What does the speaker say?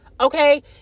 Okay